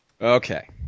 Okay